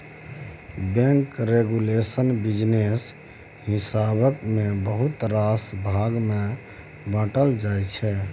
bank regulation business हिसाबेँ बहुत रास भाग मे बाँटल जाइ छै